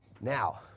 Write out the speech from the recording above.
Now